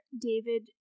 David